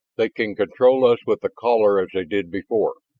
they can control us with the caller as they did before.